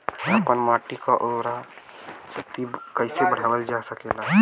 आपन माटी क उर्वरा शक्ति कइसे बढ़ावल जा सकेला?